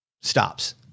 stops